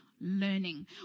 Learning